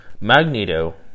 Magneto